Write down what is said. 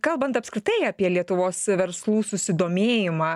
kalbant apskritai apie lietuvos verslų susidomėjimą